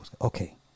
okay